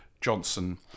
Johnson